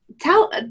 tell